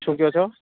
શું કહો છો